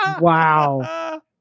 Wow